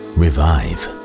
revive